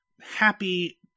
happy